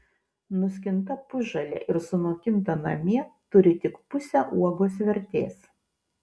nuskinta pusžalė ir sunokinta namie turi tik pusę uogos vertės